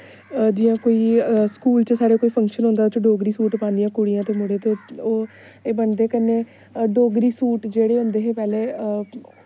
जियां कोई स्कूल च साढ़े कोई फंक्शन होंदा ओह्दे च डोगरी सूट पांदियां कुड़ियां ते मुड़े ते ओह् एह् बन्नदे कन्ने डोगरी सूट जेह्ड़े होंदे हे पैह्ले